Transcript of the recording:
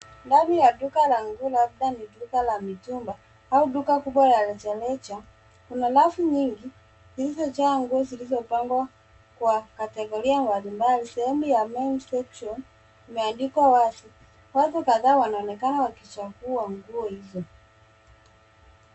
Ndani ya duka la nguo, labda ni duka ya mitumba au duka kubwa la rejareja. Kuna rafu nyingi zilizojaa nguo zilizopangwa kwa kategoria mbalimbali. Sehemu ya main section imeandikwa wazi. Watu kadhaa wanaonekana wakichagua nguo hizo.